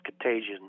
contagion